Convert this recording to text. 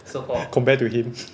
compared to him